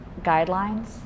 guidelines